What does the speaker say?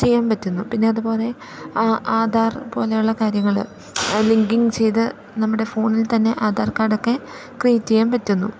ചെയ്യാൻ പറ്റുന്നു പിന്നെ അതുപോലെ ആധാർ പോലെയുള്ള കാര്യങ്ങൾ ലിങ്കിംഗ് ചെയ്ത് നമ്മുടെ ഫോണിൽത്തന്നെ ആധാർ കാർഡ് ഒക്കെ ക്രിയേറ്റ് ചെയ്യാൻ പറ്റുന്നു